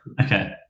Okay